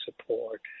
support